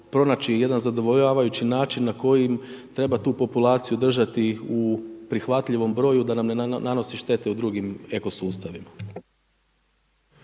pronaći jedan zadovoljavajući način na koji treba tu populaciju držati u prihvatljivom broju da nam ne nanosi štete u drugim eko sustavima.